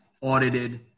audited